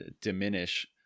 diminish